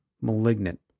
Malignant